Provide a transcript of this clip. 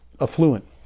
affluent